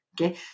Okay